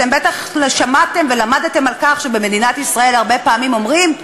אתם בטח שמעתם ולמדתם על כך שבמדינת ישראל הרבה פעמים אומרים: